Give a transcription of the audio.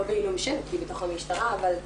בלי פרסום.